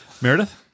Meredith